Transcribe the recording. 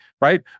right